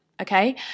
okay